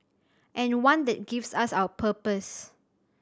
and one that gives us our purpose